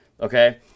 okay